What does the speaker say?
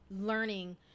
learning